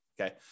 okay